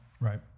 Right